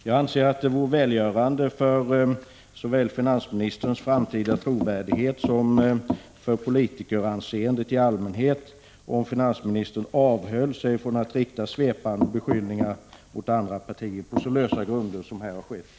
Jag anser att det vore välgörande för såväl finansministerns framtida trovärdighet som politikeranseendet i allmänhet om finansministern avhöll sig från att rikta svepande beskyllningar mot andra partier på så lösa grunder som här har skett.